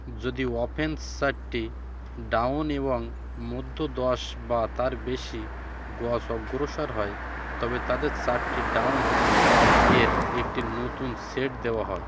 যদি অফেন্স চারটি ডাউন এবং মধ্য দশ বা তার বেশি গজ অগ্রসর হয় তবে তাদের চারটি ডাউন এর একটি নতুন সেট দেওয়া হয়